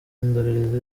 ndorerezi